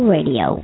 Radio